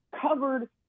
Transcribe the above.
covered